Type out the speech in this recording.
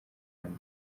hanze